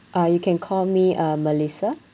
ah you can call me uh melissa